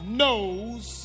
knows